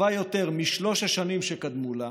טובה יותר משלוש השנים שקדמו לה,